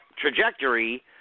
trajectory